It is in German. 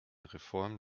reform